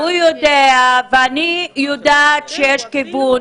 הוא יודע ואני יודעת שיש כיוון.